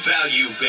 Value